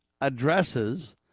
addresses